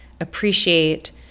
appreciate